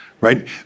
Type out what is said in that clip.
right